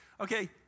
okay